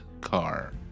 car